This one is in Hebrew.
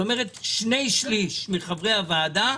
כלומר שני-שלישים מחברי הוועדה,